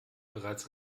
bereits